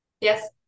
Yes